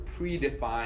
predefined